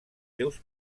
seus